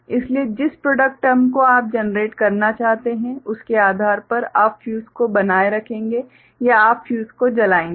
इसलिए जिस product term को आप जनरेट करना चाहते हैं उसके आधार पर आप फ्यूज को बनाए रखेंगे या आप फ्यूज को जलाएंगे